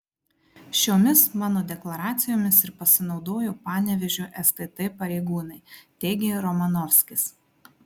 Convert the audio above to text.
šiomis mano deklaracijomis ir pasinaudojo panevėžio stt pareigūnai teigė romanovskis